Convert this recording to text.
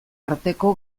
arteko